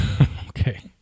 Okay